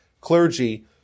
clergy